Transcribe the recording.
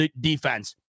defense